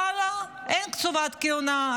ואללה, אין קציבת כהונה.